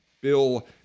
bill